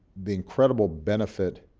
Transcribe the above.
the incredible benefit